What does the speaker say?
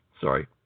Sorry